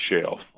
shelf